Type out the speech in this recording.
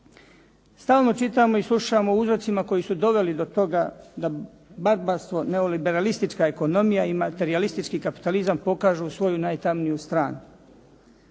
Stalno čitamo i slušamo o uzrocima koji su doveli do toga da barbarstvo, neoliberalistička ekonomija i materijalistički kapitalizam pokažu svoju najtamniju stranu.